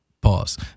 Pause